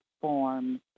forms